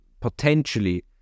potentially